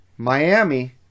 Miami